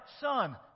Son